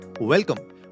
welcome